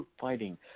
fighting